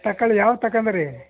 ತಗಳಿ ಯಾವ್ದು ತಕೊಂದಿರಿ